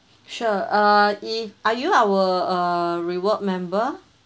sure uh if are you our reward member